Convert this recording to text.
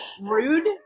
rude